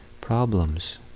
problems